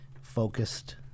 focused